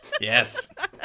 Yes